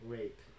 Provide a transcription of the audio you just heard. Rape